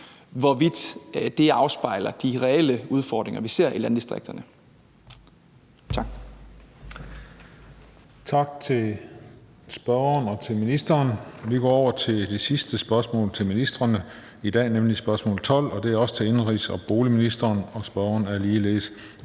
hvorvidt det afspejler de reelle udfordringer, vi ser i landdistrikterne.